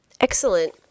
Excellent